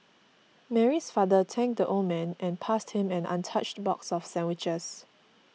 Mary's father thanked the old man and passed him an untouched box of sandwiches